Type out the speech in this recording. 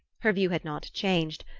her view had not changed,